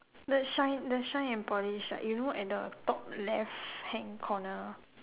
the shine the shine and polish right you know at the top left hand corner